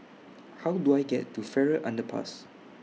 How Do I get to Farrer Underpass